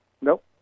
nope